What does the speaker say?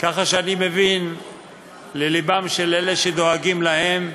ככה שאני מבין ללבם של אלה שדואגים להם,